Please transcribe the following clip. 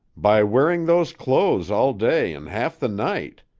by wearing those clothes all day and half the night.